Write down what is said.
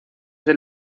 del